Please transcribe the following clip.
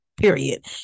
period